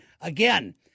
Again